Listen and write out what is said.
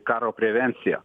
karo prevenciją